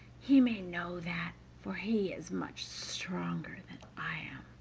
he may know that, for he is much stronger than i am.